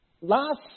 Last